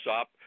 up